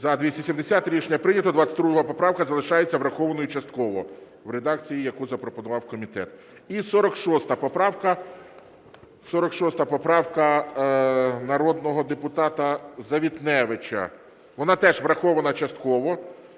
За-270 Рішення прийнято. 22 поправка залишається врахованою частково в редакції, яку запропонував комітет. І 46 поправка. 46 поправка народного депутата Завітневича. Вона теж врахована частково,